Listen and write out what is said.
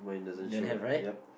don't have right